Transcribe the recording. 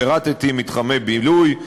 פירטתי: מתחמי בילוי,